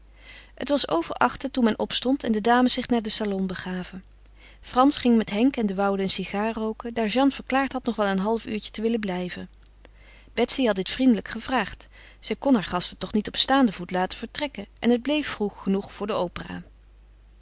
het was over achten toen men opstond en de dames zich naar den salon begaven frans ging met henk en de woude een sigaar rooken daar jeanne verklaard had nog wel een half uurtje te willen blijven betsy had dit vriendelijk gevraagd zij kon haar gasten toch niet op staanden voet laten vertrekken en het bleef vroeg genoeg voor de opera